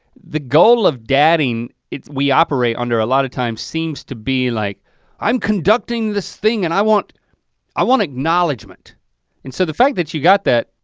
the goal of dadding we operate under a lot of times seems to be like i'm conducting this thing and i want i want acknowledgement and so the fact that you got that,